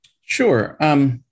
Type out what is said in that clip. Sure